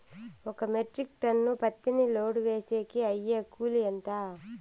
ఒక metric ton పత్తిని load వేసేకి అయ్యే కూలి ఎంత?